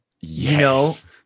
Yes